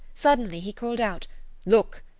suddenly he called out look!